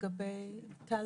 טל